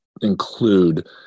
include